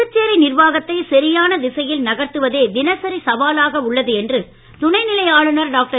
புதுச்சேரி நிர்வாகத்தை சரியான திசையில் நகர்த்துவதே தினசரி சவாலாக உள்ளது என்று துணைநிலை ஆளுனர் டாக்டர்